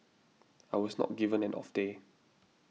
I was not given an off day